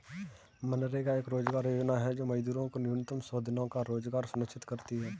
मनरेगा एक रोजगार योजना है जो मजदूरों को न्यूनतम सौ दिनों का रोजगार सुनिश्चित करती है